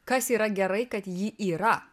kas yra gerai kad ji yra